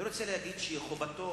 אני רוצה להגיד שחובתו,